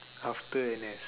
after N_S